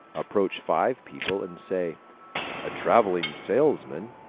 approach five people and say a traveling salesman,